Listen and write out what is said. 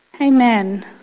Amen